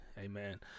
Amen